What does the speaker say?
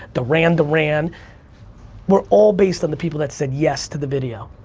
duran duran were all based on the people that said yes to the video.